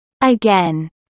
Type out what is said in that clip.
Again